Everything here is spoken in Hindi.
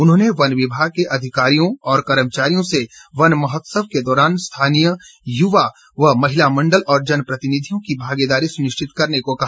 उन्होंने वन विभाग के अधिकारियों और कर्मचारियों से वन महोत्सव के दौरान स्थानीय युवा व महिला मंडल और जन प्रतिनिधियों की भागीदारी सुनिश्चित करने को कहा